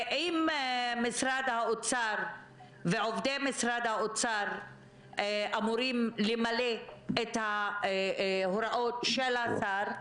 אם משרד האוצר ועובדי משרד האוצר אמורים למלא את ההוראות של השר,